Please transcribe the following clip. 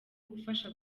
gufasha